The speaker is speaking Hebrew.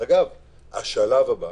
השלב הבא,